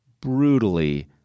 brutally